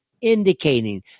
indicating